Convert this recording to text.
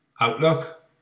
outlook